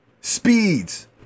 Speeds